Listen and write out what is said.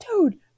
dude